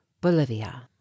Bolivia